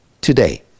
today